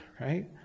right